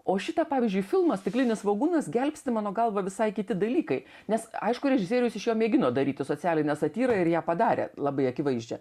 o šitą pavyzdžiui filmą stiklinis svogūnas gelbsti mano galva visai kiti dalykai nes aišku režisierius iš jo mėgino daryti socialinę satyrą ir ją padarė labai akivaizdžią